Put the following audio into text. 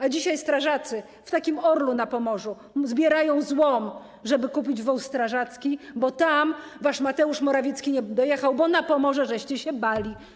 A dzisiaj strażacy w takim Orlu na Pomorzu zbierają złom, żeby kupić wóz strażacki, bo tam wasz Mateusz Morawiecki nie dojechał, bo na Pomorze się baliście.